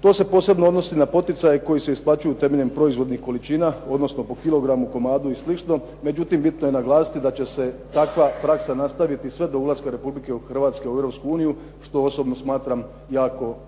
To se posebno odnosi na poticaje koji se isplaćuju temeljem proizvodnih količina, odnosno po kilogramu, komadu i slično. Međutim bitno je naglasiti da će se takva praksa nastaviti sve do ulaska Republike Hrvatske u Europsku uniju, što osobno smatram jako dobrim